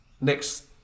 Next